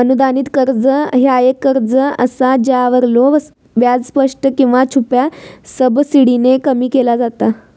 अनुदानित कर्ज ह्या एक कर्ज असा ज्यावरलो व्याज स्पष्ट किंवा छुप्या सबसिडीने कमी केला जाता